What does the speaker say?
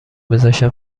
میذاشتم